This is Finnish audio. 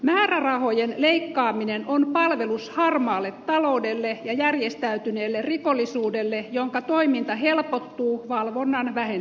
määrärahojen leikkaaminen on palvelus harmaalle taloudelle ja järjestäytyneelle rikollisuudelle jonka toiminta helpottuu valvonnan vähentyessä